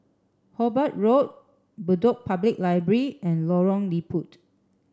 Hobart Road Bedok Public Library and Lorong Liput